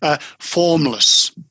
Formless